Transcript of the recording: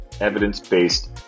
evidence-based